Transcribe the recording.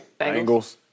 Bengals